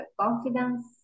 confidence